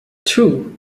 two